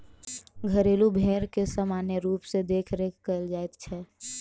घरेलू भेंड़ के सामान्य रूप सॅ देखरेख कयल जाइत छै